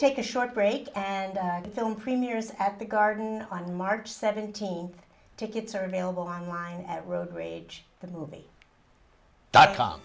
take a short break and the film premieres at the garden on march seventeenth tickets are available online at road rage the movie dot com